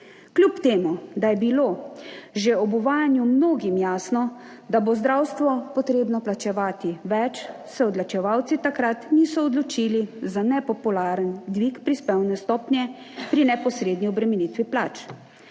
Kljub temu, da je bilo že ob uvajanju mnogim jasno, da bo zdravstvo treba plačevati več, se odločevalci takrat niso odločili za nepopularen dvig prispevne stopnje pri neposredni obremenitvi plač,